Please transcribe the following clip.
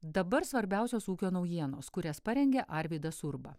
dabar svarbiausios ūkio naujienos kurias parengė arvydas urba